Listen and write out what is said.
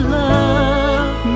love